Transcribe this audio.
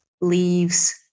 leaves